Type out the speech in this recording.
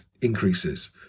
increases